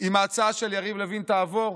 אם ההצעה של יריב לוין תעבור?